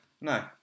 No